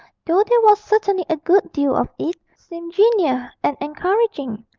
though there was certainly a good deal of it, seemed genial and encouraging,